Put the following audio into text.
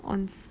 ons